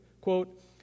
quote